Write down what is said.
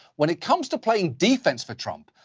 when it comes to playing defense for trump,